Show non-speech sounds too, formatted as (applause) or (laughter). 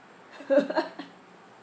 (laughs)